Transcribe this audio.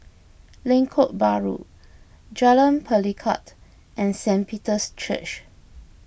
Lengkok Bahru Jalan Pelikat and Saint Peter's Church